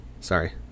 Sorry